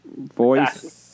voice